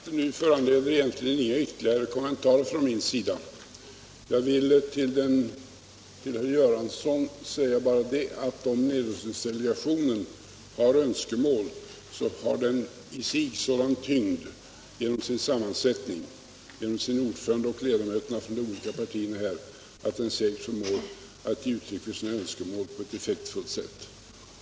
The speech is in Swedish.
Herr talman! Vad som har yttrats i debatten nu föranleder egentligen inga ytterligare kommentarer från min sida. Jag vill till herr Göransson bara säga att om nedrustningsdelegationen har önskemål så har delegationen i sig sådan tyngd, genom sin sammansättning, sin ordförande och ledamöterna från olika partier, att der säkert förmår ge uttryck åt sina önskemål på ett effektfullt sätt.